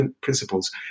principles